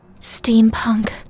Steampunk